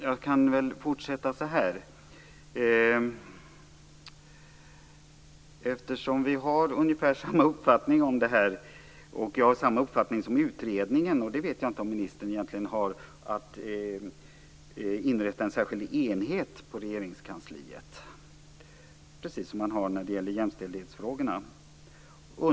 Jag har samma uppfattning som utredningen - det vet jag inte om ministern har - när det gäller att inrätta en särskild enhet på Regeringskansliet underställd en minister, precis som när det gäller jämställdhetsfrågorna.